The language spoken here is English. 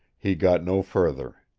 he got no further.